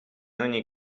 ogni